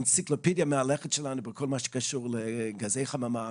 האנציקלופדיה המהלכת שלנו בכל מה שקשור בגזי חממה